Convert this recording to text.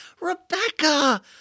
Rebecca